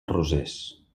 rosers